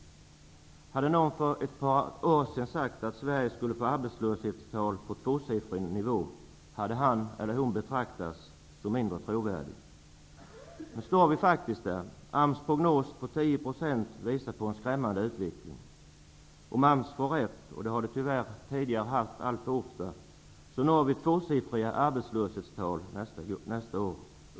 Hade någon för ett par år sedan sagt att vi i Sverige skulle få arbetslöshetstal på tvåsiffrig nivå, hade han eller hon betraktats som mindre trovärdig. Nu står vi faktiskt där. AMS prognos på 10 % visar en skrämmande utveckling. Om AMS får rätt -- och man har tyvärr haft rätt tidigare alltför ofta -- kommer vi nästa år att nå tvåsiffriga arbetslöshetstal.